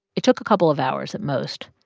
it took a couple of hours at most.